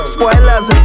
Spoilers